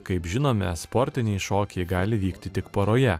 kaip žinome sportiniai šokiai gali vykti tik poroje